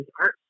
art